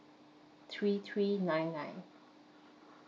three three nine nine